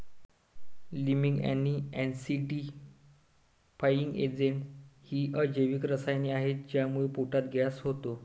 liming आणि acidifying agents ही अजैविक रसायने आहेत ज्यामुळे पोटात गॅस होतो